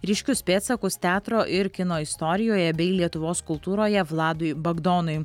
ryškius pėdsakus teatro ir kino istorijoje bei lietuvos kultūroje vladui bagdonui